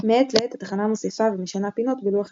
למשך שעתיים מבקרי מוזיקה שונים נועה ארגוב,